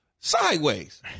Sideways